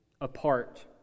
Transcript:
apart